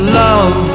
love